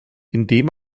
indem